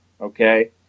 Okay